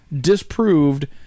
Disproved